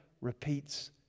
repeats